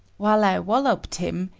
while i wallopped him,